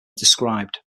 described